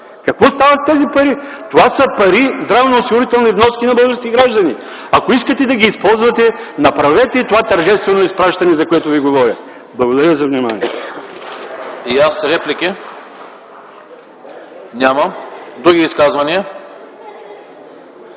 Какво става с тези пари? Това са пари, здравноосигурителни вноски на български граждани. Ако искате да ги използвате, направете им това тържествено изпращане, за което Ви говоря. Благодаря за вниманието.